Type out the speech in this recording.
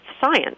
science